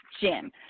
Jim